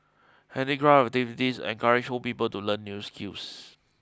handicraft activities encourage old people to learn new skills